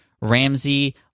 Ramsey